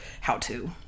how-to